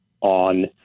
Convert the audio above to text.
on